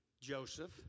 Joseph